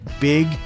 big